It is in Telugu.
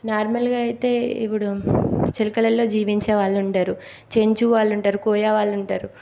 నార్మల్గా అయితే ఇప్పుడు చెలకలల్లో జీవించే వాళ్ళు ఉండరు చెంచు వాళ్ళు ఉంటారు కోయా వాళ్ళు ఉంటారు